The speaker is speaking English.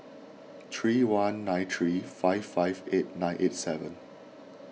three one nine three five five eight nine eight seven